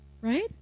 right